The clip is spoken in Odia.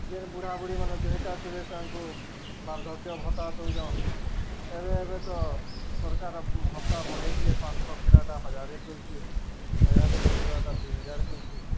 ଯେନ୍ ବୁଢ଼ାବୁଢ଼ୀ ମାନେ ଦୁହିଟା ଥିବେ ତାଙ୍କୁ ବାର୍ଦ୍ଧକ୍ୟ ଭତ୍ତା ଦଉଚନ୍ ଏବେ ଏବେ ତ ସରକାର ଭତ୍ତା ବଢ଼େଇଚି ପାଞ୍ଚଶହ ଥିଲାଟା ହଜାରେ କରିଚେ ହଜାରେ ପୁଉଥଟା ଦିଇହଜାର କରିଚେ